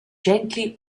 gently